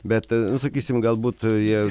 bet nu sakysim galbūt jie